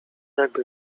jakby